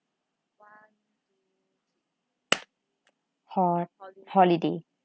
ho~ holiday